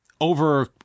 over